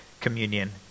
communion